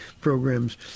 programs